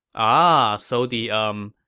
um ahh, so the, umm,